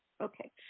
Okay